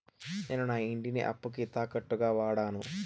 నేను నా ఇంటిని అప్పుకి తాకట్టుగా వాడాను